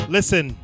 Listen